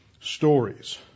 stories